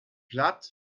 platt